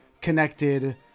connected